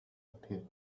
appeared